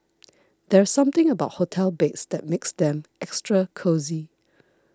there's something about hotel beds that makes them extra cosy